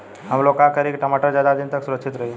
हमलोग का करी की टमाटर ज्यादा दिन तक सुरक्षित रही?